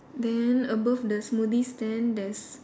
then above the smoothie stand there's